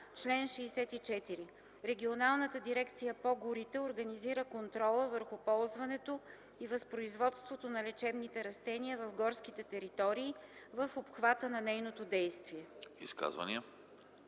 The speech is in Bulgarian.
„Чл. 64. Регионалната дирекция по горите организира контрола върху ползването и възпроизводството на лечебните растения в горските територии, в обхвата на нейното действие.”